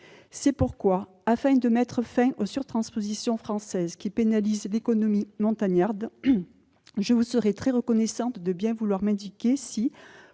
supplémentaires. Afin de mettre fin aux surtranspositions françaises qui pénalisent l'économie montagnarde, je vous serais très reconnaissante de bien vouloir m'indiquer si,